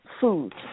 food